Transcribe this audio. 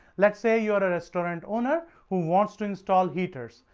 let's say you are a restaurant owner who wants to install heaters,